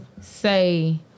say